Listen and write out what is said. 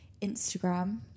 Instagram